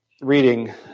Reading